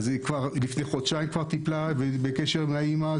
זה כבר לפני חודשיים היא טיפלה ובקשר עם האמא.